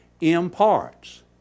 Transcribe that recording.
imparts